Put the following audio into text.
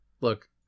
look